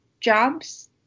jobs